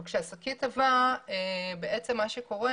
אבל כשהשקית עבה, מה שקורה